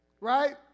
right